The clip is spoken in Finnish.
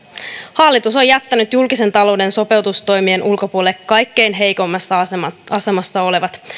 hallitus on jättänyt julkisen talouden sopeutustoimien ulkopuolelle kaikkein heikoimmassa asemassa asemassa olevat